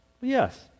Yes